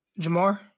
Jamar